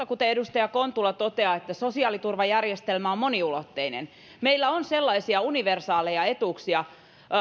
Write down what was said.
kuten edustaja kontula toteaa että sosiaaliturvajärjestelmä on moniulotteinen meillä on sellaisia universaaleja etuuksia